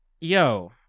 yo